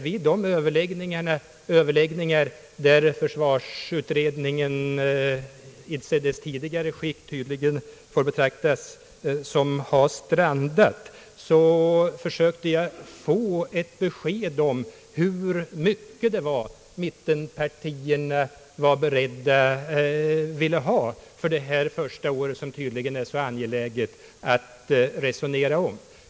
Vid förhandlingar inom försvarsutredningen i dess tidigare skick försökte jag få ett besked om hur mycket mittenpartierna ville ha för detta första år, som de tydligen är så angelägna att resonera om.